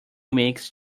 makes